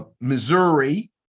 Missouri